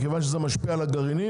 כיוון שזה משפיע על הגרעינים,